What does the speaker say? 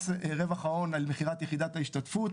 מס רווח ההון על מכירת יחידת ההשתתפות